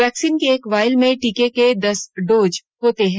vaccine की एक vial में टीके के दस डोज होते हैं